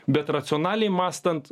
bet racionaliai mąstant